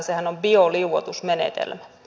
sehän on bioliuotusmenetelmä